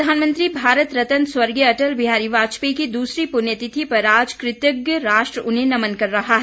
पूर्व प्रधानमंत्री भारत रत्न स्वर्गीय अटल बिहारी वाजपेयी की दूसरी पुण्यतिथि पर आज कृतज्ञ राष्ट्र उन्हें नमन कर रहा है